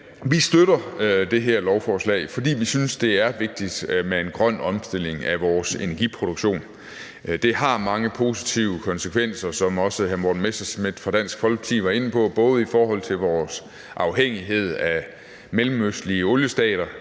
vi støtter det her lovforslag, fordi vi synes, det er vigtigt med en grøn omstilling af vores elproduktion. Det har mange positive konsekvenser, som også hr. Morten Messerschmidt fra Dansk Folkeparti var inde på, både i forhold til vores afhængighed af mellemøstlige oliestater,